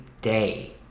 day